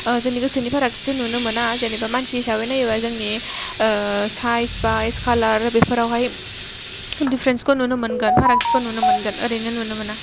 जोंनि गोसोनि फारागथिथ' नुनो मोना जेन'बा मानसि हिसाबै नायोब्ला जोंनि सायस बायस खालार बेफोराव हाय दिपारेन्टखौ नुनो मोनगोन फारागथिखौ नुनो मोनगोन ओरैनो नुनो मोना